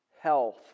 health